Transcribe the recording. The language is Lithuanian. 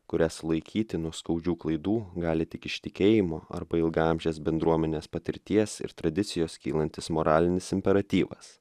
kurias laikyti nuo skaudžių klaidų gali tik iš tikėjimo arba ilgaamžės bendruomenės patirties ir tradicijos kylantis moralinis imperatyvas